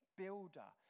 builder